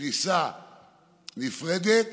בפריסה נפרדת